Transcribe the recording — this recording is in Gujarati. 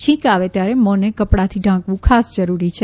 છીંક આવે ત્યારે મોંને કપડાંથી ઢાંકવું ખાસ જરૂરી છે